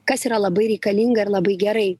kas yra labai reikalinga ir labai gerai